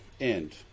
end